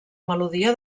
melodia